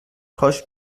کاش